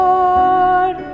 Lord